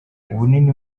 ubunini